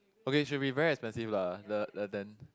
okay should be very expensive lah the the tent